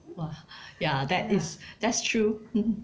!wah! ya that is that's true